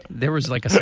there was like a so